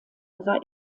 war